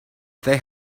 they